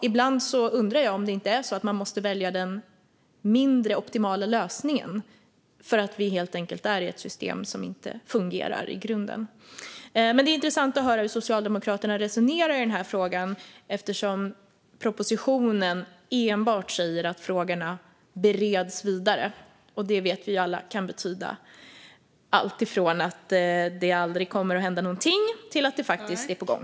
Ibland undrar jag om man inte måste välja den mindre optimala lösningen för att vi helt enkelt är i ett system som inte fungerar i grunden. Det är intressant att höra hur Socialdemokraterna resonerar i den här frågan eftersom det i propositionen enbart sägs att frågorna bereds vidare, och det vet vi alla kan betyda alltifrån att det aldrig kommer att hända någonting till att det faktiskt är på gång.